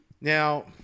Now